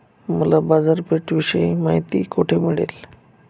मला बाजारपेठेविषयी माहिती कोठे मिळेल?